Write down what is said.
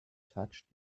touched